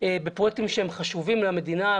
בפרויקטים שהם חשובים למדינה,